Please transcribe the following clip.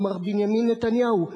הוא מר בנימין נתניהו.